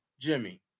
Jimmy